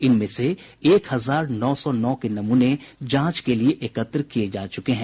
इनमें से एक हजार नौ सौ नौ के नमूने जांच के लिए एकत्र किये जा चुके हैं